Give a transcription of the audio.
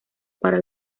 para